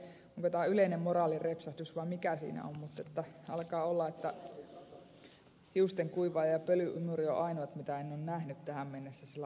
en tiedä onko tämä yleinen moraalin repsahdus vai mikä siinä on mutta alkavat olla hiustenkuivaaja ja pölynimuri ainoat mitä en ole nähnyt tähän mennessä autossa käytettävän